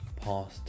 past